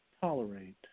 tolerate